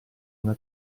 una